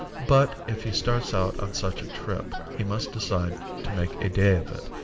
but, if he starts out on such a trip he must decide to make a day of it,